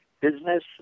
business